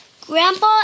Grandpa